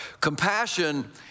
Compassion